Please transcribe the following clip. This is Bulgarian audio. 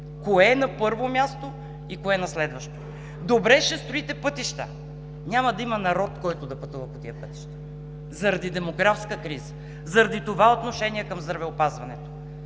кое е на първо място и кое е на следващо! Добре, ще строите пътища! Няма да има народ, който да пътува по тези пътища. Заради демографската криза, заради това отношение към здравеопазването.